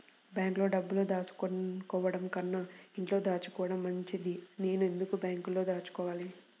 బ్యాంక్లో డబ్బులు దాచుకోవటంకన్నా ఇంట్లో దాచుకోవటం మంచిది నేను ఎందుకు బ్యాంక్లో దాచుకోవాలి?